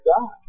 God